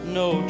no